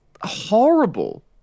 horrible